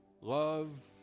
love